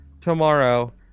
tomorrow